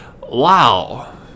wow